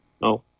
No